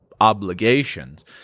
obligations